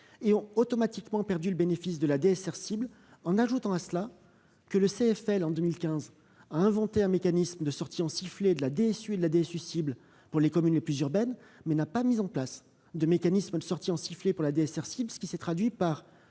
et ont automatiquement perdu le bénéfice de la DSR cible. En outre, en 2015, le CFL a inventé un mécanisme de sortie en sifflet de la DSU et de la DSU cible pour les communes les plus urbaines, mais n'a pas mis en place de mécanisme de sortie en sifflet pour la DSR cible. Cela s'est traduit par